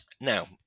Now